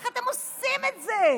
איך אתם עושים את זה?